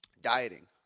Dieting